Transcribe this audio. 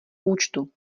účtu